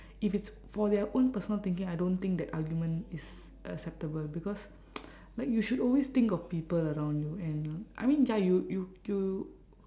if it's for their own personal thinking I don't think that argument is acceptable because like you should always think of people around you and I mean ya you you you